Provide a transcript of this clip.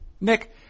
Nick